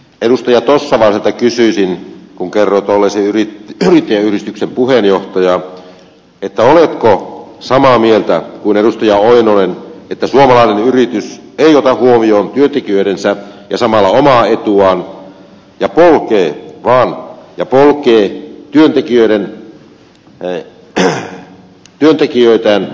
edustaja tossavaiselta kysyisin kun kerroit olleesi yrittäjäyhdistyksen puheenjohtaja oletko samaa mieltä kuin edustaja oinonen että suomalainen yritys ei ota huomioon työntekijöidensä ja samalla omaa etua ja polkee vaan ja polkee työntekijöitään rahan kiilto silmässä